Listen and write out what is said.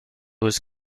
was